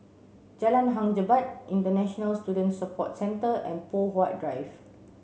Jalan Hang Jebat International Student Support Centre and Poh Huat Drive